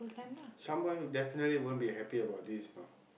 Shyam boy will definitely won't be happy about this know